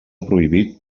prohibit